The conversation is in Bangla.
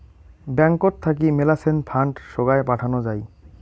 ব্যাঙ্কত থাকি মেলাছেন ফান্ড সোগায় পাঠানো যাই